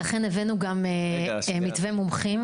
לכן, הבאנו גם מתווה המומחים.